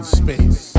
space